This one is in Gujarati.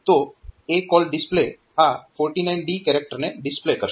તો ACALL DISP આ 49D કેરેક્ટરને ડિસ્પ્લે કરશે